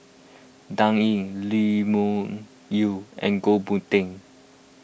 Dan Ying Lee Wung Yew and Goh Boon Teck